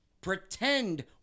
Pretend